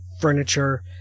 furniture